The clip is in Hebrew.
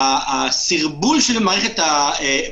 גם בתי הדין השרעיים משתמשים במערכת אחרת.